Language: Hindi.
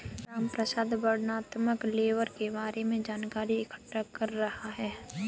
रामप्रसाद वर्णनात्मक लेबल के बारे में जानकारी इकट्ठा कर रहा है